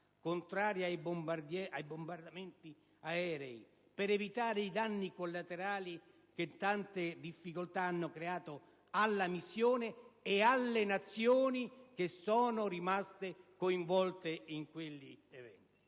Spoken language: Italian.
contraria ai bombardamenti aerei per evitare i danni collaterali che tante difficoltà hanno creato alla missione e alle Nazioni che sono rimaste coinvolte in quegli eventi?